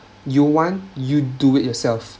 you want you do it yourself